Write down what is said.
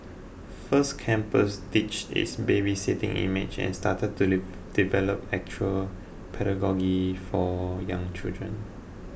First Campus ditched its babysitting image and started to develop actual pedagogy for young children